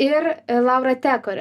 ir laura tekorė